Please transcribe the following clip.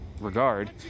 regard